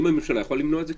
האם הממשלה יכולה למנוע את זה,